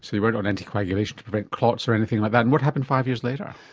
so you weren't on anticoagulation to prevent clots or anything like that. and what happened five years later?